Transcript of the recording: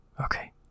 okay